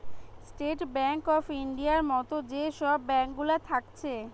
state bank of ইন্ডিয়ার মত যে সব ব্যাঙ্ক গুলা থাকছে